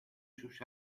sus